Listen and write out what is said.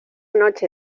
noche